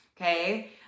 Okay